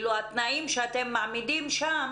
התנאים שאתם מעמידים שם